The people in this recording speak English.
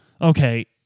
Okay